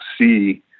see